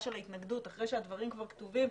של ההתנגדות אחרי שהדברים כבר כתובים,